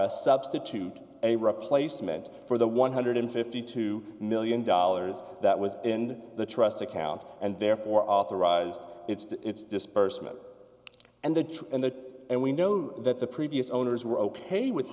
a substitute a replacement for the one hundred and fifty two million dollars that was in the trust account and therefore authorized its disbursement and the truth and that and we know that the previous owners were ok with